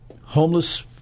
homeless